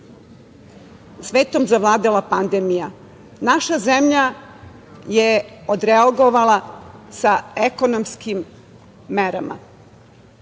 svetom zavladala pandemija, naša zemlja je odreagovala sa ekonomskim merama